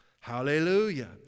Hallelujah